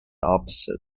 opposite